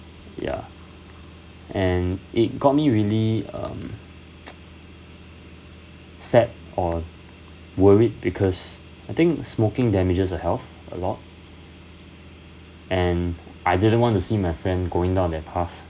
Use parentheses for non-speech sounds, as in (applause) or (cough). ya and it got me really um (noise) sad or worried because I think smoking damages the health a lot and I didn't want to see my friend going down on that path